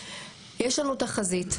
יש לנו תחזית,